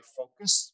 focus